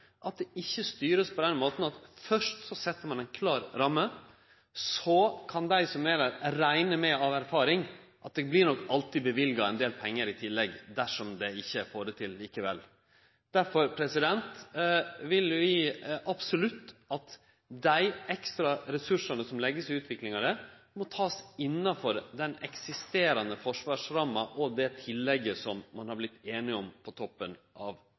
at ein ikkje styrer på den måten at ein først set ei klar ramme, så kan ein rekne med, av erfaring, at det nok alltid vert løyvd ein del pengar i tillegg, dersom ein ikkje får det til likevel. Derfor vil vi absolutt at ein tek dei ekstra ressursane som vert lagde i utviklinga av JSM, frå den eksisterande forsvarsramma og det tillegget ein har vorte einige om, på toppen av